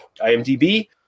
IMDb